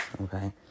Okay